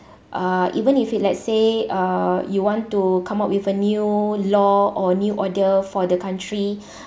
uh even if it let's say uh you want to come up with a new law or new order for the country